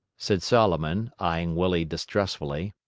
said solomon, eyeing willie distrustfully.